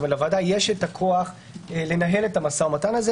לוועדה יש הכוח לנהל את המשא ומתן הזה.